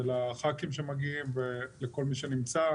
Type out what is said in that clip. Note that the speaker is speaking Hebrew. ולח"כים שמגיעים ולכל מי שנמצא,